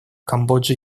камбоджа